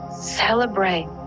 celebrate